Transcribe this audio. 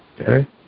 Okay